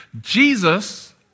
Jesus